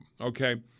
okay